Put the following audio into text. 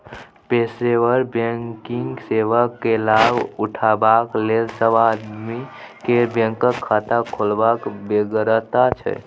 पेशेवर बैंकिंग सेवा केर लाभ उठेबाक लेल सब आदमी केँ बैंक खाता खोलबाक बेगरता छै